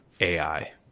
AI